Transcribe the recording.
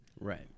Right